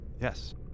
Yes